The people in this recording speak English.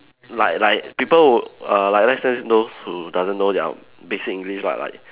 like like people who err like let's say those who doesn't know their basic English lah like